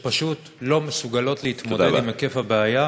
שפשוט לא מסוגלות להתמודד עם היקף הבעיה.